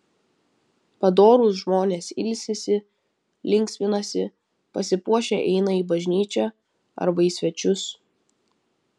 padorūs žmonės ilsisi linksminasi pasipuošę eina į bažnyčią arba į svečius